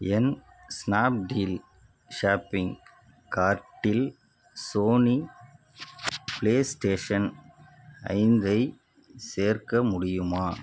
என் Snapdeal shopping கார்ட்டில் Sony PlayStation ஐந்தை சேர்க்க முடியுமா